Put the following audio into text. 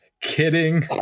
Kidding